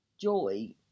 joy